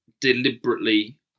deliberately